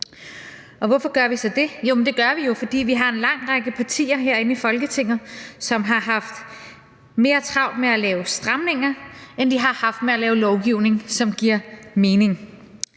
Hvorfor gør vi så det? Det gør vi jo, fordi vi har en lang række partier herinde i Folketinget, som har haft mere travlt med at lave stramninger, end de har haft med at lave lovgivning, som giver mening.